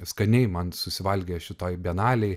skaniai man susivalgė šitoj bienalėj